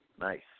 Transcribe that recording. Nice